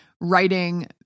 writing